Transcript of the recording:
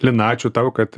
lina ačiū tau kad